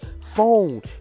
Phone